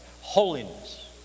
Holiness